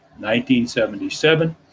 1977